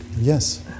Yes